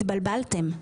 התבלבלתם.